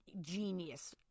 genius